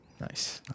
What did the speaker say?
Nice